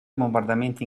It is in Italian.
bombardamenti